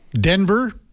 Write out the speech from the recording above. Denver